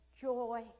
joy